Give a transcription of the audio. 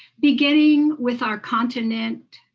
beginning with our continent,